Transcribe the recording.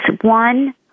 One